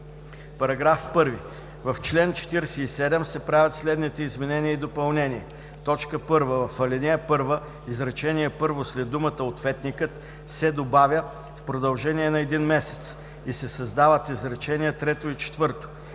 § 1: „§ 1. В чл. 47 се правят следните изменения и допълнения: 1. В ал. 1 изречение първо след думата „ответникът“ се добавя „в продължение на един месец“ и се създават изречения трето